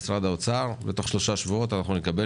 האוצר ומשרד הרווחה ותוך שלושה שבועות נקבל